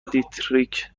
دیتریک